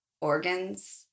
organs